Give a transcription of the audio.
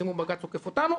מקסימום בג"ץ עוקף אותנו,